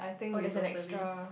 oh that's an extra